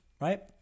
right